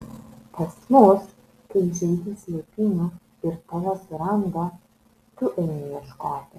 pas mus kai žaidi slėpynių ir tave suranda tu eini ieškoti